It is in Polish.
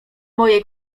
mojej